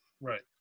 right